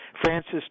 Francis